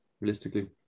realistically